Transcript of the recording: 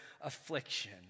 affliction